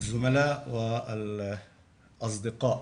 עמיתיי וחבריי.